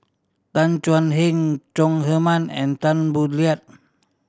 Tan Thuan Heng Chong Heman and Tan Boo Liat